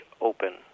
Open